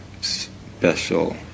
special